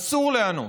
אסור לענות.